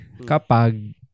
kapag